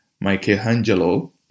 Michelangelo